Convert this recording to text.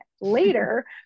later